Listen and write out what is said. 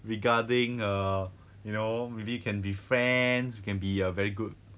regarding uh you know maybe you can be friends you can be a very good